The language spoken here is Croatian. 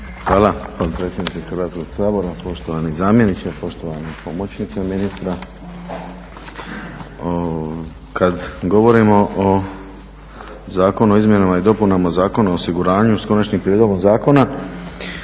Hvala potpredsjednice Hrvatskog sabora. Poštovani zamjeniče, poštovani pomoćniče ministra. Kada govorimo o Zakonu o izmjenama i dopunama Zakona o osiguranju, s Konačnim prijedlogom zakona